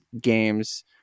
Games